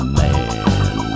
man